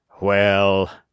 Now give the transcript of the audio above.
Well—